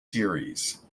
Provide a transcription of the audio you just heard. series